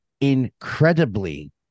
incredibly